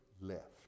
left